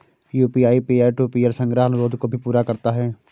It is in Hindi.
यू.पी.आई पीयर टू पीयर संग्रह अनुरोध को भी पूरा करता है